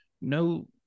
No